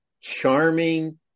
charming